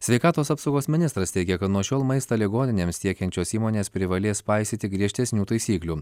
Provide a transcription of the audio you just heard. sveikatos apsaugos ministras teigia kad nuo šiol maistą ligoninėms tiekiančios įmonės privalės paisyti griežtesnių taisyklių